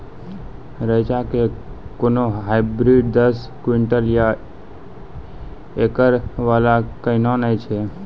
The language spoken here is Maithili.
रेचा के कोनो हाइब्रिड दस क्विंटल या एकरऽ वाला कहिने नैय छै?